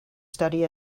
study